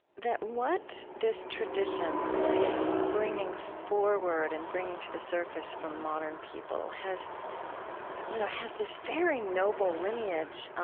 that what this tradition is bringing forward and bringing to the surface for modern people has you know has this very noble lineage.